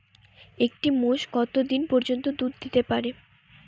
একটি মোষ কত দিন পর্যন্ত দুধ দিতে পারে?